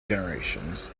generations